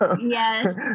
Yes